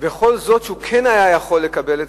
וכל זאת כשהוא כן היה יכול לקבל את